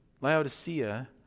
Laodicea